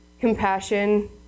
compassion